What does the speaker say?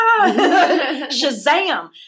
Shazam